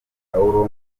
pawulo